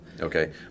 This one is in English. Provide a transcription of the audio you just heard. Okay